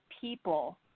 people